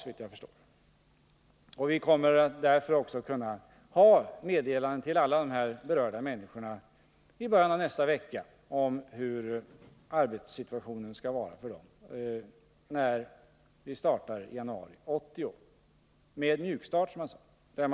Vi kommer därför också att kunna få ut meddelanden till alla berörda i början av nästa vecka om deras arbetssituation vid mjukstarten i början av januari 1980.